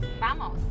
vamos